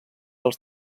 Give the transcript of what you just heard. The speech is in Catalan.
els